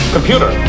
Computer